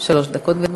שלוש דקות, גברתי.